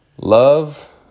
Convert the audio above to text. Love